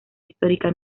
histórica